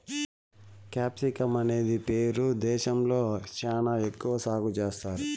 capsicum అనేది Peru దేశంలో శ్యానా ఎక్కువ సాగు చేత్తారు